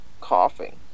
coughing